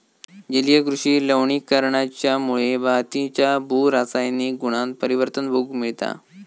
जलीय कृषि लवणीकरणाच्यामुळे मातीच्या भू रासायनिक गुणांत परिवर्तन बघूक मिळता